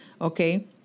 okay